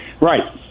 Right